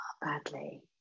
badly